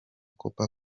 copa